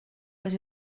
was